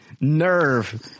nerve